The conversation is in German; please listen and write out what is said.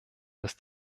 dass